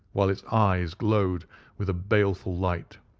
while its eyes glowed with a baleful light.